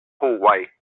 hallway